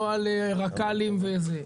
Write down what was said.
לא על רק"לים וזה,